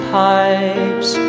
pipes